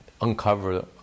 uncover